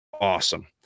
awesome